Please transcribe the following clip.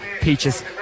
peaches